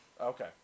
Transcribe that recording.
Okay